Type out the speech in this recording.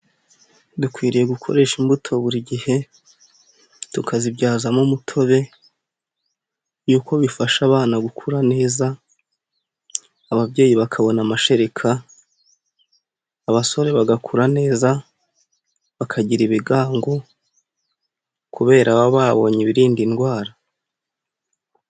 Dukwiriye gukoresha imbuto buri gihe tukazibyazamo umutobe, y'uko bifasha abana gukura neza ababyeyi bakabona amashereka, abasore bagakura neza bakagira ibigango kubera baba babonye ibirinda indwara.